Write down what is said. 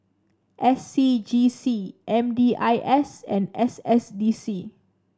S C G C M D I S and S S D C